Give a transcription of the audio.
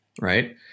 right